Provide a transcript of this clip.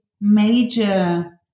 major